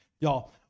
Y'all